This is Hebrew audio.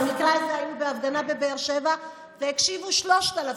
ובמקרה הזה היו בהפגנה בבאר שבע והקשיבו 3,000 איש.